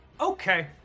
Okay